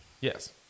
Yes